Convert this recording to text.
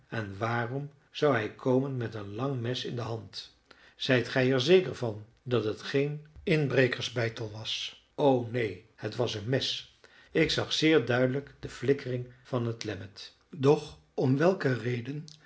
en waarom zou hij komen met een lang mes in de hand zijt gij er zeker van dat het geen inbrekersbeitel was o neen het was een mes ik zag zeer duidelijk de flikkering van het lemmet doch om welke reden